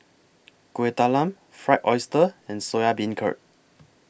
Kuih Talam Fried Oyster and Soya Beancurd